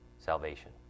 salvation